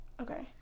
Okay